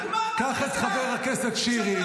קח את חבר הכנסת שירי,